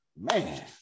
man